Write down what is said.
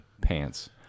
pants